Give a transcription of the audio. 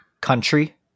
country